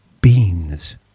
beans